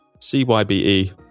C-Y-B-E